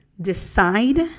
Decide